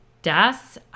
Das